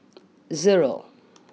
zero